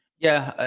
yeah.